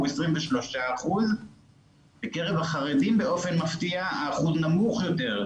הוא 23%. בקרב החרדים באופן מפתיע האחוז נמוך יותר,